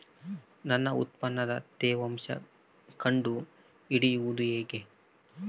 ನನ್ನ ಉತ್ಪನ್ನದ ತೇವಾಂಶ ಕಂಡು ಹಿಡಿಯುವುದು ಹೇಗೆ?